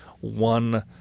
one